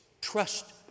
Trust